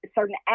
certain